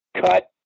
Cut